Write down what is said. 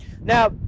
now